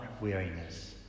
weariness